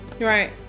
Right